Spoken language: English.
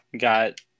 got